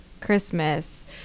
Christmas